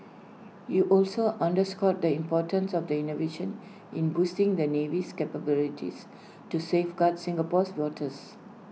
he also underscored the importance of the innovation in boosting the navy's capabilities to safeguard Singapore's waters